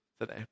today